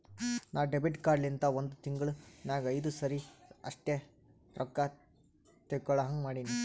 ನಾ debit card ಲಿಂತ ಒಂದ್ ತಿಂಗುಳ ನಾಗ್ ಐಯ್ದು ಸರಿ ಅಷ್ಟೇ ರೊಕ್ಕಾ ತೇಕೊಳಹಂಗ್ ಮಾಡಿನಿ